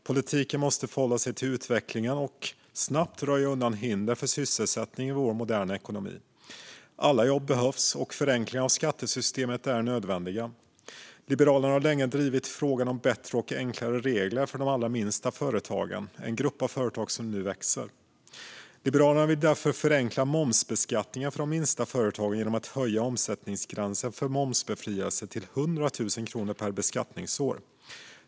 Politiken måste förhålla sig till utvecklingen och snabbt röja undan hinder för sysselsättning i vår moderna ekonomi. Alla jobb behövs, och förenklingar av skattesystemet är nödvändiga. Liberalerna har länge drivit frågan om bättre och enklare regler för de allra minsta företagen, en grupp av företag som nu växer. Liberalerna vill därför förenkla momsbeskattningen för de minsta företagen genom att höja omsättningsgränsen för momsbefrielse till 100 000 kronor per beskattningsår.